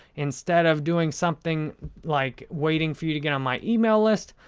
instead of doing something like waiting for you to get on my email list,